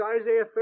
Isaiah